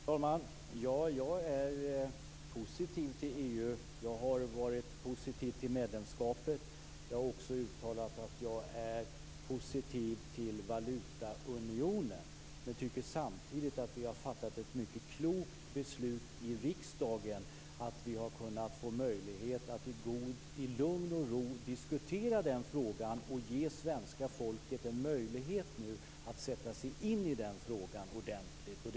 Fru talman! Ja, jag är positiv till EU. Jag har varit positiv till medlemskapet. Jag har också uttalat att jag är positiv till valutaunionen. Men jag tycker samtidigt att vi har fattat ett mycket klokt beslut i riksdagen, att vi har kunnat få möjlighet att i lugn och ro diskutera den frågan och ge svenska folket en möjlighet att sätta sig in i den ordentligt.